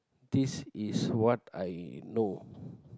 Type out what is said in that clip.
this is what I know